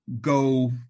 go